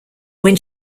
when